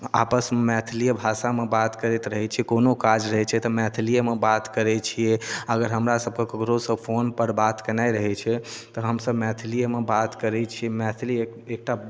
आपसमे मैथलीये भाषामे बात करैत रहै छियै कोनो काज रहै छै तऽ मैथलीयेमे बात करै छियै अगर हमरा सबके ककरोसँ फोनपर बात केनाइ रहै छै तऽ हमसब मैथलीयेमे बात करै छियै मैथली एक एकटा